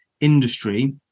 industry